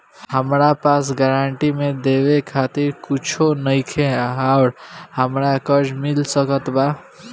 हमरा पास गारंटी मे देवे खातिर कुछूओ नईखे और हमरा कर्जा मिल सकत बा?